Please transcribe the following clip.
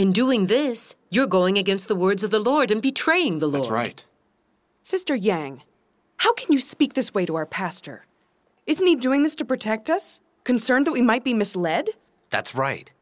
in doing this you are going against the words of the lord and be trained a little right sister yang how can you speak this way to our pastor is me doing this to protect us concerned that we might be misled that's right